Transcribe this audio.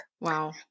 Wow